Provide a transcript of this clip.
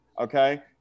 okay